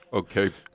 okay.